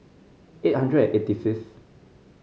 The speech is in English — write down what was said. eight hundred eighty fifth